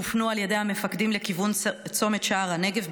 הופנו על ידי המפקדים לכיוון צומת שער הנגב,